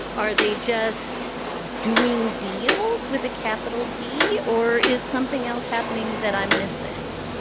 are they just doing deals with a capital d. or is something else happening that i'm missing?